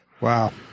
Wow